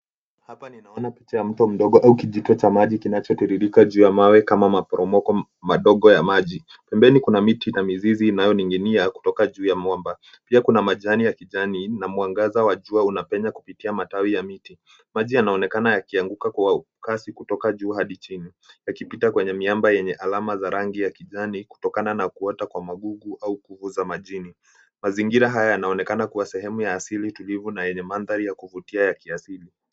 Hapa ninaona picha ya mto mdogo au kijito cha maji kinachotiririka juu ya mawe kama maporomoko madogo ya maji. Pembeni kuna miti na mizizi inayo ning'inia kutoka juu ya mwamba. Pia kuna majani ya kijani na mwangaza wa jua unapenya kupitia matawi ya miti. Maji yanaonekana yakianguka kwa kasi kutoka juu hadi chini, yakipita kwenye miamba yenye alama za rangi ya kijani kutokana na kuota kwa magugu au kuvu za majini. Mazingira haya yanaonekana kuwa sehemu ya asili tulivu na yenye mandhari ya kuvutia ya kiasili.